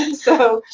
and so